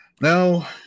Now